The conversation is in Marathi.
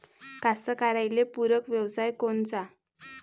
कास्तकाराइले पूरक व्यवसाय कोनचा?